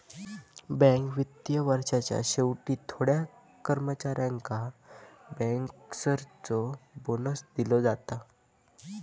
bank वित्तीय वर्षाच्या शेवटी थोड्या कर्मचाऱ्यांका बँकर्सचो बोनस दिलो जाता